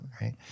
right